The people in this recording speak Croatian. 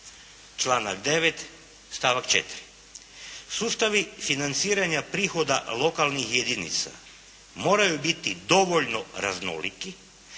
članak 9. stavak 4.